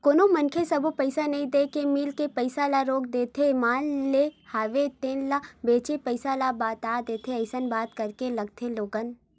कोनो मनखे सब्बो पइसा नइ देय के मील के पइसा ल रोक देथे माल लेय हवे तेन ल बेंचे पइसा ल बाद देथे अइसन बात करके लाथे लोगन